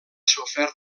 sofert